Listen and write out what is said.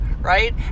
right